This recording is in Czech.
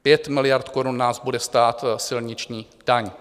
5 miliard korun nás bude stát silniční daň.